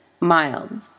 mild